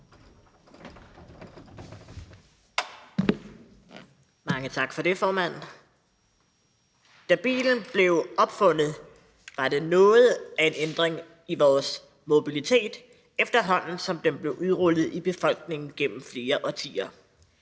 Mange tak for det, formand. Da bilen blev opfundet, var det noget af en ændring i vores mobilitet, efterhånden som den blev udrullet i befolkningen gennem flere årtier.